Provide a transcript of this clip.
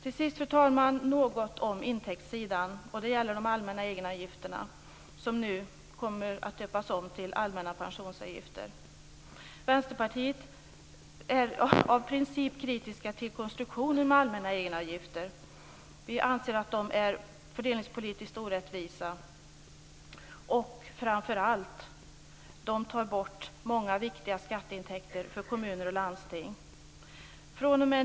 Till sist vill jag säga något om intäktssidan. Det gäller de allmänna egenavgifterna som nu kommer att döpas om till allmänna pensionsavgifter. Vi i Vänsterpartiet är av princip kritiska till konstruktionen med allmänna egenavgifter. Vi anser att de är fördelningspolitiskt orättvisa, och framför allt tar de bort många viktiga skatteintäkter för kommuner och landsting.